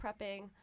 prepping